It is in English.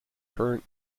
current